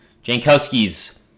Jankowski's